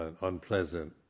unpleasant